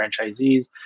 franchisees